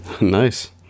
Nice